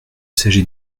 s’agit